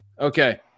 okay